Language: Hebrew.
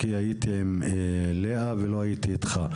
כי הייתי עם לאה ולא איתך.